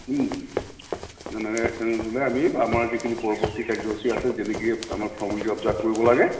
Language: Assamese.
যেনে তেনেহ'লে আমি আমাৰ যিখিনি পৰৱৰ্তী কাৰ্যসূচী আছে যেনেকে আমাৰ ফৰ্মেলিটি অবজাৰ্ভ কৰিব লাগে